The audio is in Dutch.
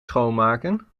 schoonmaken